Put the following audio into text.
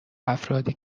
افرادی